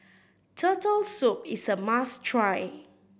Turtle Soup is a must try